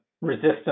resistance